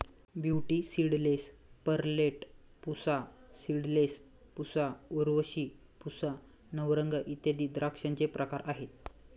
beauty Seedless, Perlette, Pusa Seedless, Pusa Urvashi, Pusa Navrang इत्यादी द्राक्षांचे प्रकार आहेत